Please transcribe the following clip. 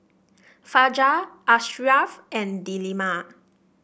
Fajar Ashraff and Delima